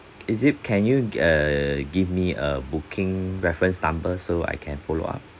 is it can you err give me a booking reference number so I can follow up